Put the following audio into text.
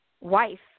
wife